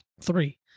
Three